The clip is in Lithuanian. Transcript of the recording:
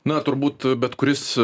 na turbūt bet kuris